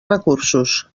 recursos